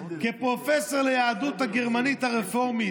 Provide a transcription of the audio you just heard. כפרופסור ליהדות הגרמנית הרפורמית,